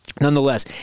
nonetheless